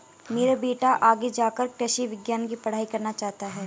मेरा बेटा आगे जाकर कृषि विज्ञान की पढ़ाई करना चाहता हैं